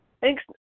thanks